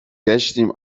گشتیم